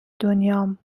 دنیام